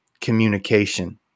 communication